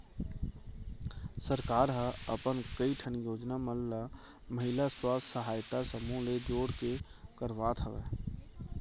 सरकार ह अपन कई ठन योजना मन ल महिला स्व सहायता समूह ले जोड़ के करवात हवय